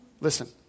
Listen